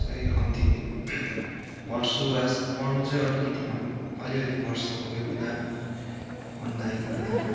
चाहिँ कम्ती पढ्छु आज पढ्नु चाहिँ अलिकति भए पनि अलिअलि पढ्छु कोही कोही बेला मन लागेको बेलामा